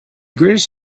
greatest